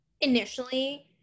initially